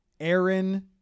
Aaron